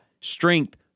strength